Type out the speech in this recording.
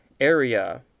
Area